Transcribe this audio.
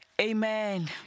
amen